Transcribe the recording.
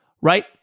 Right